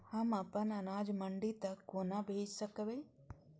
हम अपन अनाज मंडी तक कोना भेज सकबै?